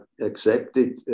accepted